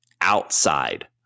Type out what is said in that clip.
outside